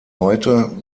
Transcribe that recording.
heute